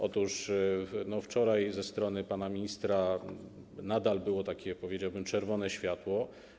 Otóż wczoraj ze strony pana ministra nadal było takie, powiedziałbym, czerwone światło.